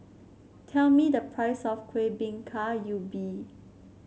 tell me the price of Kuih Bingka Ubi